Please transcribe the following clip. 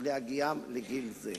להגיעם לגיל זה.